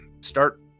start